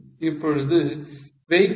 இப்பொழுது weighted average PV 0